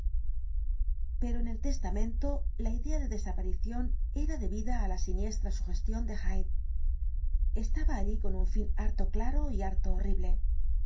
pero en el testamento la idea de desaparición era debida á la siniestra sugestión de hyde estaba allí con un fin harto claro y harto horrible